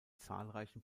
zahlreichen